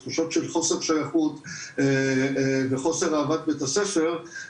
תחושות של חוסר שייכות וחוסר אהבת בית הספר,